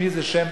שמי הוא אייכלר,